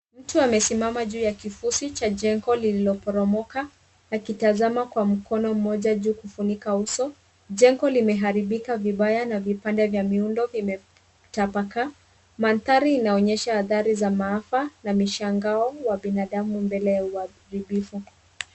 Mtu amesimama juu ya kifusi cha jengo lililoporomoka akitazama kwa mkono mmoja juu kufunika uso. Jengo limeharibika vibaya na vipande vya muundo vimetapakaa. Mandhari inaonyesha athari za maafa na mishangao wa binadamu mbele ya uharibifu.